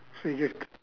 so you just